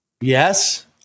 Yes